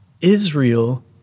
Israel